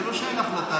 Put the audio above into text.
זה לא שאין החלטה.